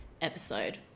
episode